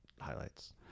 highlights